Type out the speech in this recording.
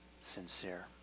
sincere